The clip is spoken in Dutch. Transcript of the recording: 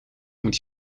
moet